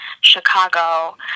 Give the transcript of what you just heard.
Chicago